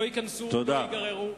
לא ייקנסו והמכוניות לא ייגררו.